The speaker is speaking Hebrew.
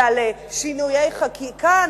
ועל שינויי חקיקה,